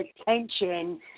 attention